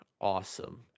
awesome